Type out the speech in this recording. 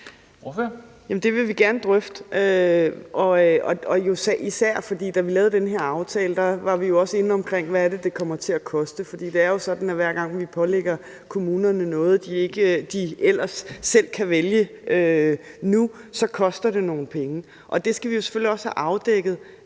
Det vil vi gerne drøfte – især fordi, at da vi lavede den her aftale, var vi jo også inde omkring, hvad det kommer til at koste. For det er jo sådan, at hver gang vi pålægger kommunerne noget, de ellers selv kan vælge nu, så koster det nogle penge. Og vi skal selvfølgelig også have afdækket,